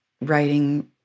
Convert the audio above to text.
writing